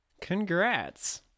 Congrats